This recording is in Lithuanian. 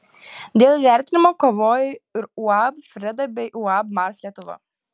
dėl įvertinimo kovojo ir uab freda bei uab mars lietuva